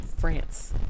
France